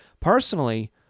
Personally